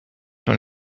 when